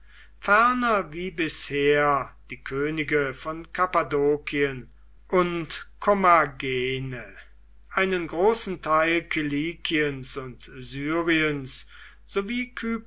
wie bisher die könige von kappadokien und kommagene einen großen teil kilikiens und syriens sowie